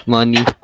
Money